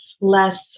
less